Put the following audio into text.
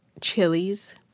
Chilies